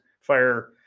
fire